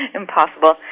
impossible